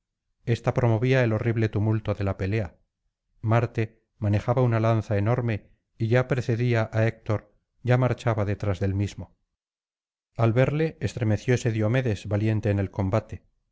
ésta promovía el horrible tumulto de la pelea marte manejaba una lanza enorme y ya precedía á héctor ya marchaba detrás del mismo al verle estremecióse diomedes valiente en el combate